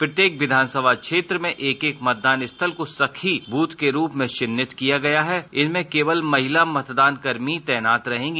प्रत्येक विधानसभा क्षेत्र में एक एक मतदान स्थल को सखी व्थ के रूप में चिहित किया गया है इनमें केवल महिला मतदान कार्मिक तैनात रहेंगी